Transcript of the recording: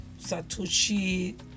satoshi